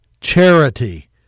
charity